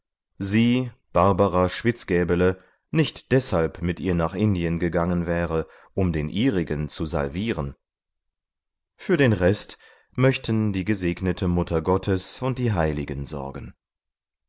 sie barbara schwitzgäbele nicht deshalb mit ihr nach indien gegangen wäre um den ihrigen zu salvieren für den rest möchten die gesegnete mutter gottes und die heiligen sorgen